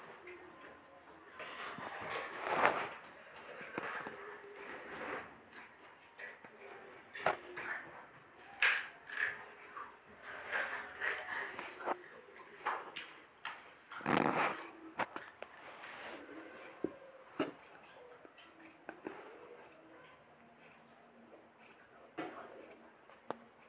Mobile ले बर का मोला किस्त मा लोन मिल जाही?